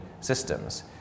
systems